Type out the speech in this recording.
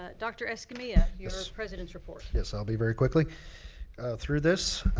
ah doctor escamilla, your president's report. yes, i'll be very quickly through this.